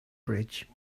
bridge